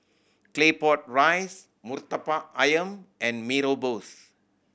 Claypot Rice Murtabak Ayam and Mee Rebus